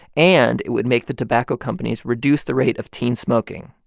and it would make the tobacco companies reduce the rate of teen smoking.